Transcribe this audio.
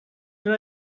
but